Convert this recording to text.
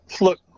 look